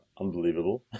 unbelievable